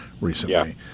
recently